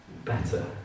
better